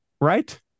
right